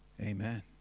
Amen